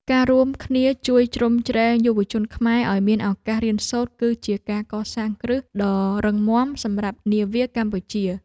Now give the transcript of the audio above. ការរួមគ្នាជួយជ្រោមជ្រែងយុវជនខ្មែរឱ្យមានឱកាសរៀនសូត្រគឺជាការកសាងគ្រឹះដ៏រឹងមាំសម្រាប់នាវាកម្ពុជា។